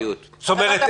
זאת אומרת,